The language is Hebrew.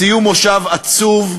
סיום מושב עצוב,